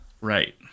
Right